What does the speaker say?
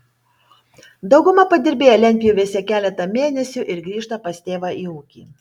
dauguma padirbėja lentpjūvėse keletą mėnesių ir grįžta pas tėvą į ūkį